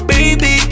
Baby